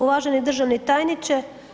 Uvaženi državni tajniče.